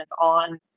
on